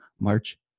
March